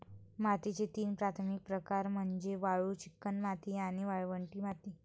मातीचे तीन प्राथमिक प्रकार म्हणजे वाळू, चिकणमाती आणि वाळवंटी माती